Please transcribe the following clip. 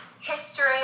history